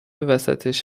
وسطش